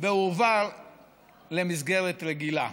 והועבר למסגרת רגילה.